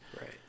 right